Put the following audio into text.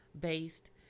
based